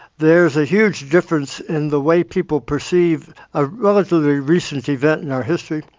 there's a huge difference in the way people perceived a relatively recent event in our history,